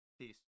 peace